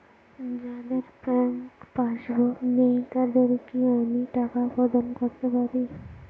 যাদের bank passbook নেই তাদের কি আমি টাকা প্রদান করতে পারি?